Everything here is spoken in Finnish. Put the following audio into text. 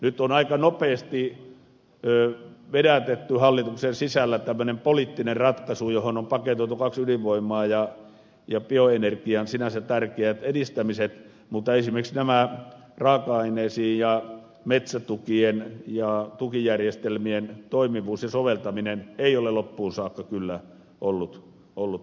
nyt on aika nopeasti vedätetty hallituksen sisällä tämmöinen poliittinen ratkaisu johon on paketoitu kaksi ydinvoimalaa ja bioenergian sinänsä tärkeät edistämiset mutta esimerkiksi näitä raaka aineisiin liittyviä asioita ja metsätukien ja tukijärjestelmien toimivuutta ja soveltamista ei ollut kyllä loppuun saakka mietitty vielä